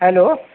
hello